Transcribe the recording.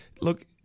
Look